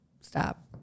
stop